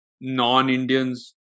non-Indians